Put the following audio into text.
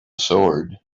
sword